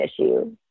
issue